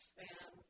man